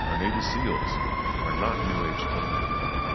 ah navy seals are not new age cuddly people.